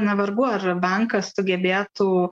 na vargu ar bankas sugebėtų